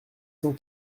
cent